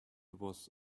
was